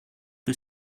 que